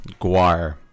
Guar